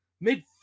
mid